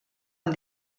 amb